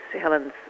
Helen's